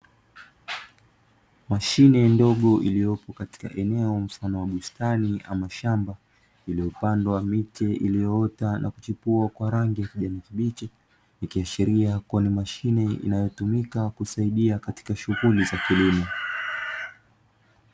Mashine ndogo iliyopo katika eneo dogo mfano wa bustani ama shamba iliyopandwa miche, iliyoota na kuchepua kwa rangi ya kijani kibichi. ikiashiria kuwa ni mashine inayotumika katika kusaidia shughuli za kilimo.